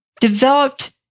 developed